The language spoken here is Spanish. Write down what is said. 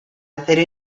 acero